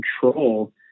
control